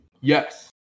Yes